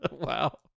Wow